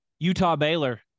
Utah-Baylor